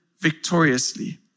victoriously